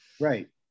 Right